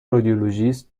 رادیولوژیست